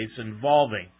involving